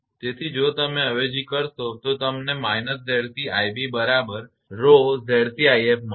તેથી જો તમે અવેજી કરશો તો તમને −𝑍𝑐𝑖𝑏 બરાબર 𝜌𝑍𝑐𝑖𝑓 મળશે